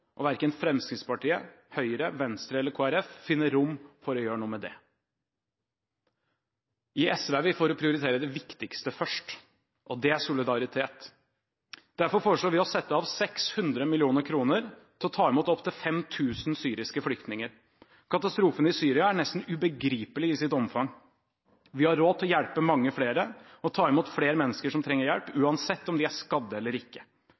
og verken Fremskrittspartiet, Høyre, Venstre eller Kristelig Folkeparti finner rom for å gjøre noe med det. I SV er vi for å prioritere det viktigste først, og det er solidaritet. Derfor foreslår vi å sette av 600 mill. kr til å ta imot opptil 5 000 syriske flyktninger. Katastrofen i Syria er nesten ubegripelig i sitt omfang. Vi har råd til å hjelpe mange flere og ta imot flere mennesker som trenger hjelp, uansett om de er skadd eller ikke.